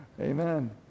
amen